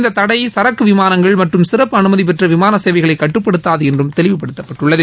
இந்தத் தடை சரக்கு விமானங்கள் மற்றும் சிறப்பு அனுமதி பெற்ற விமான சேவைகளைக் கட்டுப்படுத்தாது என்றும் தெளிவுபடுத்தப்பட்டுள்ளது